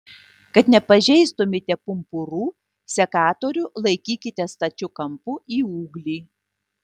kad nepažeistumėte pumpurų sekatorių laikykite stačiu kampu į ūglį